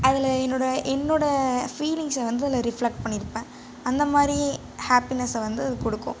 அதில் என்னோடய என்னோடய ஃபீலிங்ஸை வந்து அதில் ரிஃப்ளெக்ட் பண்ணியிருப்பேன் அந்த மாதிரியே ஹாப்பினஸ்ஸை வந்து கொடுக்கும்